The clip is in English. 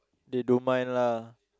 they don't mind lah